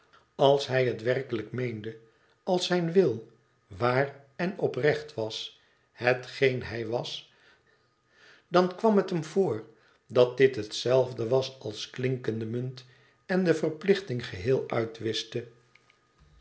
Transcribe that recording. als hij het werkelijk meende als zijn wil waar en oprecht was hetgeen h ij was dan kwam het hem voor dat dit hetzelfde was als klinkende munt en de verplichting geheel uitwischte